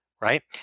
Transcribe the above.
right